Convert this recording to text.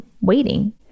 waiting